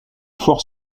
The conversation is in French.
fort